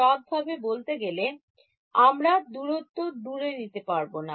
ঠিক ভাবে বলতে গেলে আমরা বেশি দূরত্ব নিতে পারব না